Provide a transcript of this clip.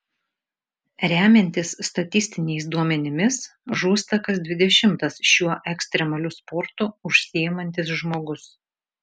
remiantis statistiniais duomenims žūsta kas dvidešimtas šiuo ekstremaliu sportu užsiimantis žmogus